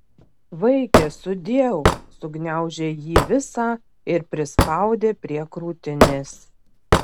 vaike sudieu sugniaužė jį visą ir prispaudė prie krūtinės